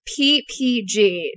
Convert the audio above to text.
PPG